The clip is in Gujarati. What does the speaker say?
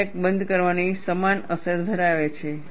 તે ક્રેક બંધ કરવાની સમાન અસર ધરાવે છે